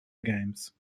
games